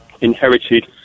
inherited